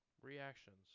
Reactions